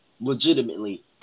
legitimately